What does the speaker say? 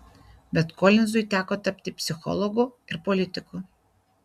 bet kolinzui teko tapti psichologu ir politiku